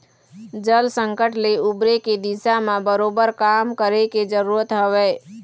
जल संकट ले उबरे के दिशा म बरोबर काम करे के जरुरत हवय